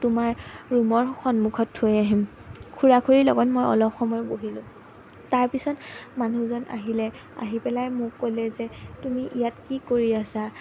তোমাৰ ৰুমৰ সন্মুখত থৈ আহিম খুৰা খুৰীৰ লগত মই অলপ সময় বহিলোঁ তাৰপিছত মানুহজন আহিলে আহি পেলাই মোক ক'লে যে তুমি ইয়াত কি কৰি আছা